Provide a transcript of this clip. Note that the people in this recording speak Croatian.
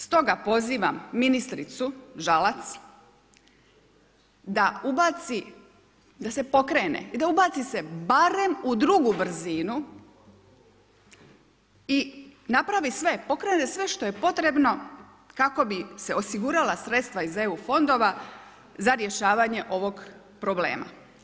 Stoga pozivam ministricu Žalac da ubaci, da se pokrene i da ubaci se barem u drugu brzinu i napravi sve, pokrene sve što je potrebno kako bi se osigurala sredstva iz EU fondova za rješavanje ovog problema.